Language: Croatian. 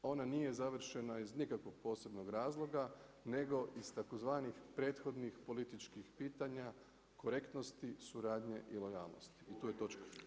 Ona nije završena iz nikakvog posebnog razloga nego iz tzv. prethodnih političkih pitanja korektnosti, suradnje i lojalnosti i tu je točka.